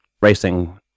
Racing